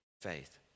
faith